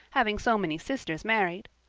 having so many sisters married.